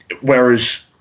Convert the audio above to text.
Whereas